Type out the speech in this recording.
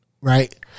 right